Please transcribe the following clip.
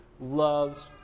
loves